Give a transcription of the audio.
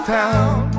town